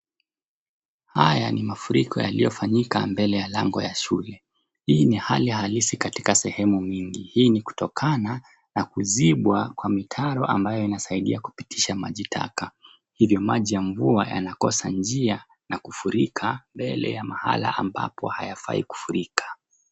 Haya ni mafuriko yaliyofanyika mbele ya lango la shule. Hii ni hali halisi katika sehemu nyingi. Hii ni kutokana na kuzibwa kwa mtaro ambayo inasaidia kupitisha maji taka hivyo maji ya mvua yanakosa njia na kufurika mbele ya mahali ambapo hayafai kufurika.